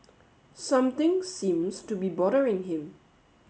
something seems to be bothering him